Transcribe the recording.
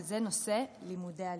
וזה נושא לימודי הליבה.